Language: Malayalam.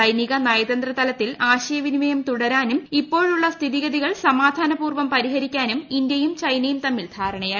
സൈനിക നയതന്ത്ര ത്രിലത്തിൽ ആശയവിനിമയം തുടരാനും ഇപ്പോഴുള്ള സ്ഥിതഗതികൾ സമാധാനപൂർവ്വം പരിഹരിക്കാനും ഇന്ത്യയും ചൈനയും തമ്മിൽ ധാരണയായി